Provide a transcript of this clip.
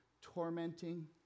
tormenting